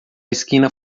esquina